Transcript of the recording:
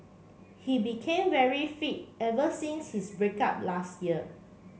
he became very fit ever since his break up last year